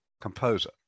composer